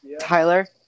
Tyler